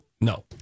no